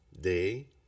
day